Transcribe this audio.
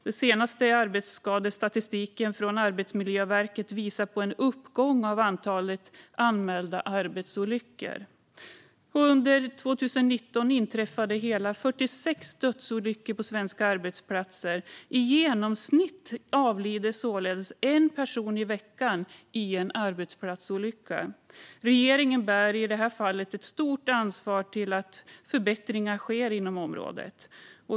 Den senaste arbetsskadestatistiken från Arbetsmiljöverket visar på en uppgång av antalet anmälda arbetsolyckor, och under 2019 inträffade hela 46 dödsolyckor på svenska arbetsplatser. I genomsnitt avlider således en person i veckan i en arbetsplatsolycka. Regeringen bär i det här fallet ett stort ansvar för att göra förbättringar på området.